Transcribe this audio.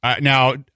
now